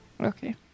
Okay